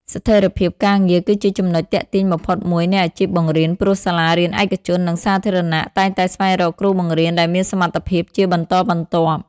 ស្ថិរភាពការងារគឺជាចំណុចទាក់ទាញបំផុតមួយនៃអាជីពបង្រៀន ព្រោះសាលារៀនឯកជន និងសាធារណៈតែងតែស្វែងរកគ្រូបង្រៀនដែលមានសមត្ថភាពជាបន្តបន្ទាប់។